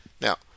Now